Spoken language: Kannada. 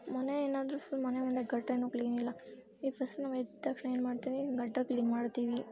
ಮನೆ ಏನಾದ್ರೂ ಫುಲ್ ಮನೆ ಮುಂದೆ ಗಟಾರೇನು ಕ್ಲೀನಿಲ್ಲ ಈಗ ಫಸ್ಟ್ ನಾವು ಎದ್ದ ತಕ್ಷಣ ಏನು ಮಾಡ್ತೀವಿ ಗಟಾರ ಕ್ಲೀನ್ ಮಾಡ್ತೀವಿ